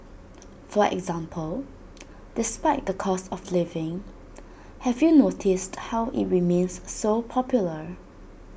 for example despite the cost of living have you noticed how IT remains so popular